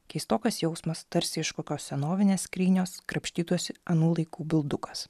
keistokas jausmas tarsi iš kokios senovinės skrynios krapštytųsi anų laikų bildukas